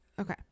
Okay